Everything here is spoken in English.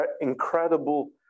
incredible